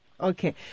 Okay